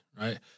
right